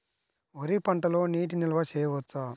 వరి పంటలో నీటి నిల్వ చేయవచ్చా?